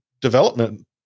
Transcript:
development